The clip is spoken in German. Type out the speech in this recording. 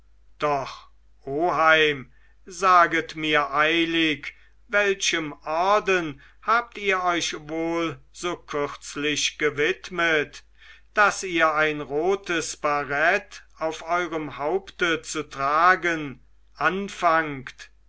doch oheim saget mir eilig welchem orden habt ihr euch wohl so kürzlich gewidmet daß ihr ein rotes barett auf eurem haupte zu tragen anfangt